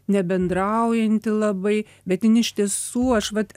nebendraujanti labai bet jin iš tiesų aš vat